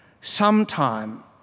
Sometime